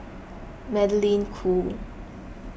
Magdalene Khoo